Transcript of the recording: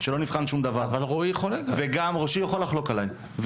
רועי יכול לחלוק עליי.